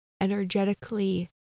energetically